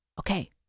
Okay